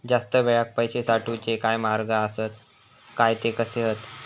जास्त वेळाक पैशे साठवूचे काय मार्ग आसत काय ते कसे हत?